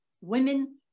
women